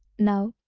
now,